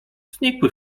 znikły